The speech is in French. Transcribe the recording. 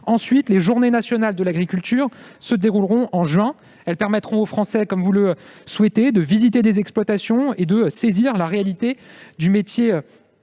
Ensuite, les journées nationales de l'agriculture se dérouleront au mois de juin prochain. Elles permettront aux Français, comme vous le souhaitez, de visiter des exploitations et de saisir la réalité du métier